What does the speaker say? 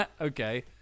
Okay